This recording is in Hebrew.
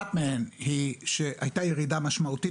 אחת מהן היא שהייתה ירידה משמעותית